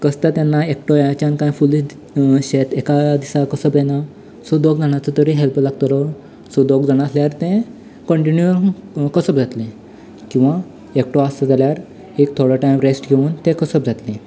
कसतां तेन्ना एकटोयच्यान कांय फुलयत शेत एका दिसाक कसप जायना सो दोग जाणांचो तरी हॅल्प लागतलो सो दोग जाण आसल्यार तें कंटिन्यू कसप जातलें किंवा एकटो आसलो जाल्यार थोडो टायम रेस्ट घेवन ते कसप जातलें